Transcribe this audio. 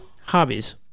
hobbies